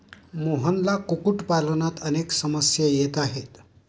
मोहनला कुक्कुटपालनात अनेक समस्या येत आहेत